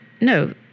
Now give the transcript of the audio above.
no